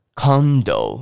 condo